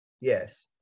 Yes